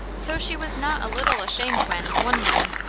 so she was not a little ashamed when, one morning,